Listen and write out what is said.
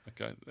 okay